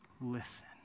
listen